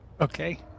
Okay